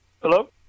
Hello